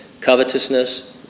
covetousness